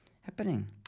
happening